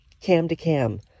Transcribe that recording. cam-to-cam